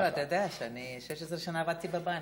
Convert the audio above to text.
אתה יודע ש-16 שנה עבדתי בבנק.